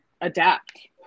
adapt